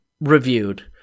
reviewed